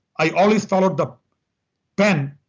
i always followed the pen,